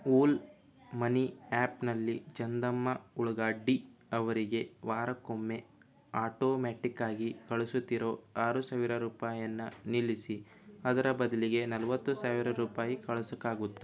ಓಲ್ money ಆ್ಯಪ್ನಲ್ಲಿ ಚಂದಮ್ಮ ಉಳ್ಗಾಡ್ಡಿ ಅವರಿಗೆ ವಾರಕ್ಕೊಮ್ಮೆ ಆಟೊಮೆಟಿಕ್ಕಾಗಿ ಕಳುಸುತ್ತಿರೊ ಆರು ಸಾವಿರ ರೂಪಾಯನ್ನ ನಿಲ್ಲಿಸಿ ಅದರ ಬದಲಿಗೆ ನಲ್ವತ್ತು ಸಾವಿರ ರೂಪಾಯಿ ಕಳ್ಸೋಕಾಗುತ್ತ